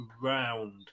round